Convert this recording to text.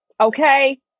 Okay